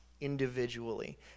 individually